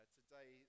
today